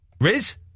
Riz